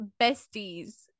besties